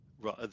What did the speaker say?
Right